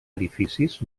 edificis